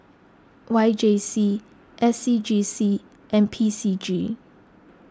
Y J C S C G C and P C G